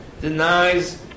denies